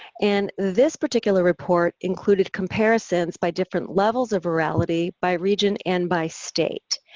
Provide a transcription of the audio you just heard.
and this particular report included comparisons by different levels of virality by region and by state.